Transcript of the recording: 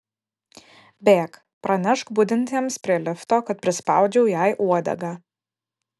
bėk pranešk budintiems prie lifto kad prispaudžiau jai uodegą